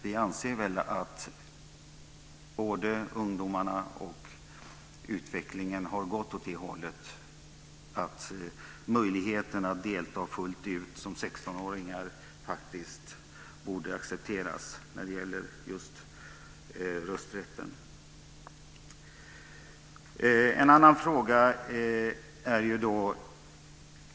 Vi anser att utvecklingen har gått åt ett sådant håll att möjligheten att som 16-åring fullt ut delta med rösträtt borde accepteras.